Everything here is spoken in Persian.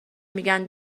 میگن